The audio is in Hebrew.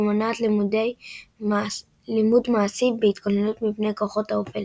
ומונעת לימוד מעשי בהתגוננות מפני כוחות האופל.